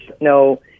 no